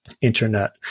internet